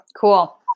Cool